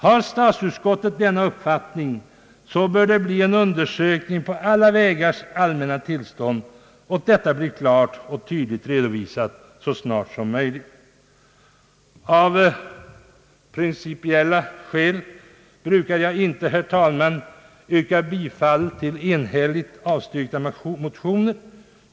Har statsutskottet denna uppfattning så bör det bli en undersökning av alla vägars allmänna tillstånd, och detta bör bli klart och tydligt redovisat så snart som möjligt. Av principiella skäl brukar jag, herr talman, inte yrka bifall till enhälligt avstyrkta motioner.